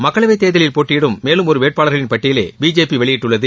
மக்களவைத்தேர்தலில் போட்டியிடும் மேலும் ஒருவேட்பாளர்களின் பட்டியலைபிஜேபிவெளியிட்டுள்ளது